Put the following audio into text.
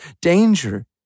danger